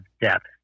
depth